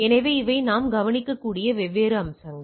எனவே இவை நாம் கவனிக்க வேண்டிய வெவ்வேறு அம்சங்கள்